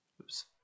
Oops